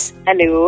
Hello